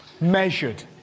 Measured